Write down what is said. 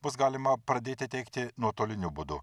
bus galima pradėti teikti nuotoliniu būdu